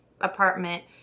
apartment